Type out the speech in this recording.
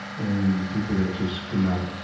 and people that just could not,